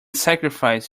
sacrifice